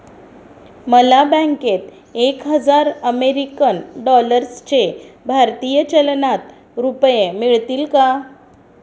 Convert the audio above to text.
मला बँकेत एक हजार अमेरीकन डॉलर्सचे भारतीय चलनात रुपये मिळतील का?